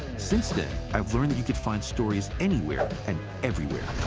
since then, i've learned that you can find stories anywhere and everywhere.